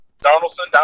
Donaldson